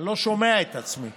אני לא שומע את עצמי,